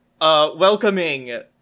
welcoming